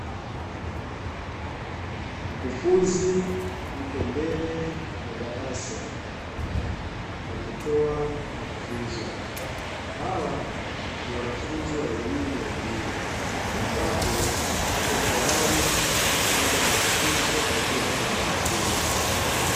Mkufunzi yuko mbele ya darasa akitoa mafunzo, hawa ni wanafunzi wa elimu ya juu ambapo wapo tayari kupata mafunzo kutoka kwa mkufunzi.